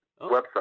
website